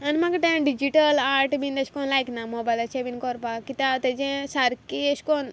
आनी म्हाका तें डिजीटल आर्ट बीन एशे को लायक ना मोबायलाचे बी कोरपा किद्या तेजें सारकें एशें कोन्न